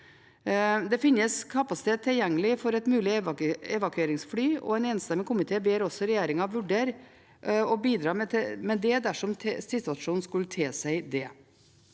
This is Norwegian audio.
Det finnes kapasitet tilgjengelig for et mulig evakueringsfly, og en enstemmig komité ber regjeringen vurdere å bidra med det dersom situasjonen skulle tilsi det.